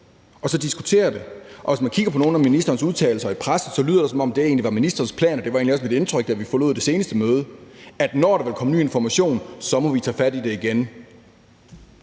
og så diskuterer det? Hvis man kigger på nogle af ministerens udtalelser i pressen, lyder det, som om det egentlig var ministerens plan, og det var egentlig også mit indtryk, da vi forlod det seneste møde, at når der kommer ny information, må vi tage fat i det igen.